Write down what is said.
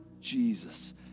Jesus